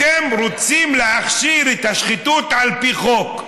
אתם רוצים להכשיר את השחיתות על פי חוק.